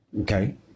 Okay